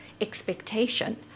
expectation